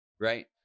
right